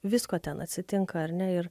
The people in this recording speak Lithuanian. visko ten atsitinka ar ne ir